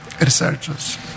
researchers